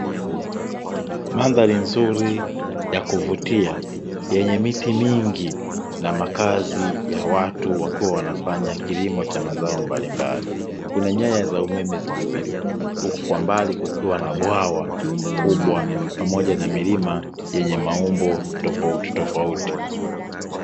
Mandhari nzuri ya kuvutia, yenye miti mingi na makazi ya watu wakiwa wanafanya kilimo cha mazao mbalimbali. Kuna nyaya za umeme zimepita, huku kwa mbali kukiwa na bwawa kubwa pamoja na milima yenye maumbo tofautitofauti.